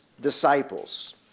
disciples